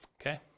okay